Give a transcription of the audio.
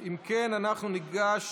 אם כן, אנחנו ניגש